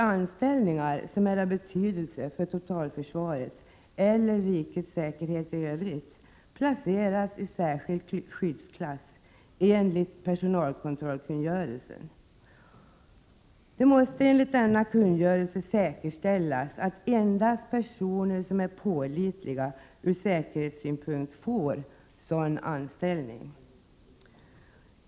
Anställningar som är av betydelse för totalförsvaret eller rikets säkerhet i övrigt placeras i särskild skyddsklass enligt personalkontrollkungörelsen. Det måste enligt denna kungörelse säkerställas att endast personer som är pålitliga ur säkerhetssynpunkt får sådan anställning.